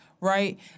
right